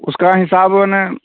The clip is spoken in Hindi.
उसका हिसाब वो नहीं